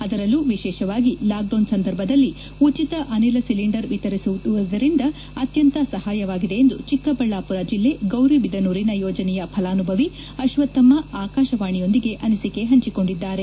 ಅದರಲ್ಲೂ ವಿಶೇಷವಾಗಿ ಲಾಕ್ಡೌನ್ ಸಂದರ್ಭದಲ್ಲಿ ಉಚಿತ ಅನಿಲ ಸಿಲಿಂಡರ್ ವಿತರಿಸುವುದರಿಂದ ಅತ್ಯಂತ ಸಹಾಯವಾಗಿದೆ ಎಂದು ಚಿಕ್ಕಬಳ್ಳಾಪುರ ಜಿಲ್ಲೆ ಗೌರಿಬಿದನೂರಿನ ಯೋಜನೆಯ ಫಲಾನುಭವಿ ಅಶ್ವಥಮ್ಮ ಆಕಾಶವಾಣಿಯೊಂದಿಗೆ ಅನಿಸಿಕೆ ಹಂಚಿಕೊಂಡಿದ್ದಾರೆ